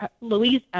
Louise